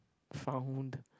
found